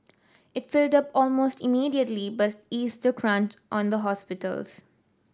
it filled up almost immediately but eased the crunch on the hospitals